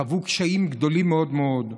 הם חוו קשיים גדולים מאוד מאוד,